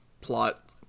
plot